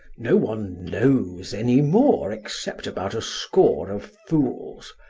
no one knows any more except about a score of fools.